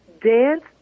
dance